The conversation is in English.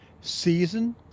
season